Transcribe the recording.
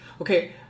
Okay